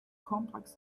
complex